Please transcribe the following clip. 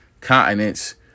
continents